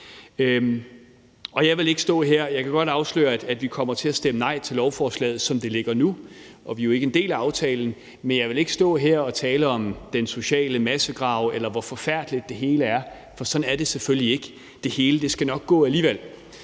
jeg vil ikke stå her og tale om den sociale massegrav, eller hvor forfærdeligt det hele er, for sådan er det selvfølgelig ikke. Det hele skal nok gå alligevel.